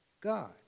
God